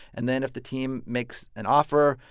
and then, if the team makes an offer,